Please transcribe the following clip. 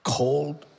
cold